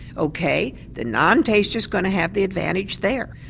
ok, the non-taster is going to have the advantage there.